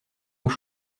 nous